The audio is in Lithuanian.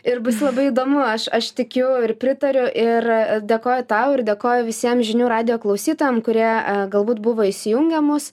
ir bus labai įdomu aš aš tikiu ir pritariu ir dėkoju tau ir dėkoju visiem žinių radijo klausytojam kurie galbūt buvo įsijungę mus